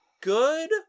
good